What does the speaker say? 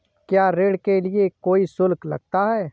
क्या ऋण के लिए कोई शुल्क लगता है?